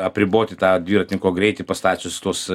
apriboti tą dviratininko greitį pastačius tuos